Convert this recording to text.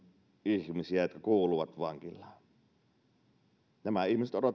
ihmisiä jotka kuuluvat vankilaan nämä ihmiset